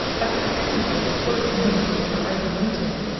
i could frequently have quoted names which are either known to him,